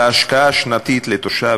ושגשוג אל מול עוני וייאוש,